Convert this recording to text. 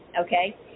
okay